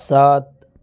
سات